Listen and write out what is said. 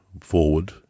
forward